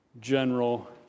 general